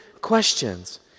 questions